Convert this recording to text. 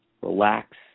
relax